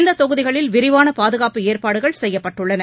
இந்த தொகுதிகளில் விரிவான பாதுகாப்பு ஏற்பாடுகள் செய்யப்பட்டுள்ளன